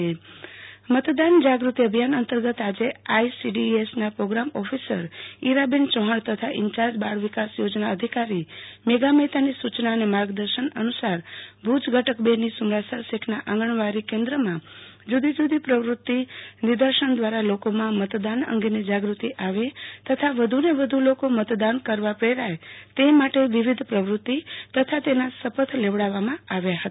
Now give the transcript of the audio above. આરતી ભદ્દ મતદાન જાગૃતિ મતદાન જાગૃતિ અભિયાન અંતર્ગત આજે આઈસીડીએસના પ્રોગ્રામ ઓફિસર ઈરાબેન ચૌહાણ તથા ઇન્યાર્જ બાળ વિકાસ યોજના અધિકારી મેઘા મહેતાની સુચના અને માર્ગદર્શન અનુસાર ભુજ ઘટક રની સુમરાસર શેખના આંગણવાડી કેન્દ્રમાં જુદી જુદી પ્રવુતિ નિર્દશન દ્વારા લોકોમાં મતદાન અંગેની જાગૃતિ આવે તથા વધુને વધુ લોકો મતદાન કરવા પ્રેરાય તે માટે વિવિધ પ્રવુતિ તથા તેના શપથ લેવામાં આવ્યા હતા